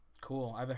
Cool